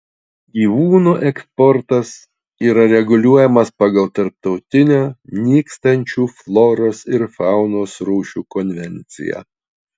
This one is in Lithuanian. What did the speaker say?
gyvūnų eksportas yra reguliuojamas pagal tarptautinę nykstančių floros ir faunos rūšių konvenciją